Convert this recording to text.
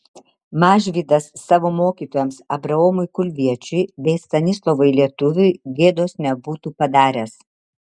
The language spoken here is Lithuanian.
mažvydas savo mokytojams abraomui kulviečiui bei stanislovui lietuviui gėdos nebūtų padaręs